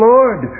Lord